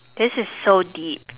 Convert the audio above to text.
this is so deep